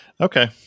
Okay